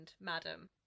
madam